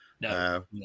No